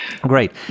Great